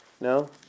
No